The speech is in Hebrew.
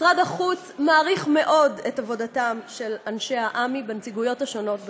משרד החוץ מעריך מאוד את עבודתם של אנשי עמ"י בנציגויות השונות בחו"ל.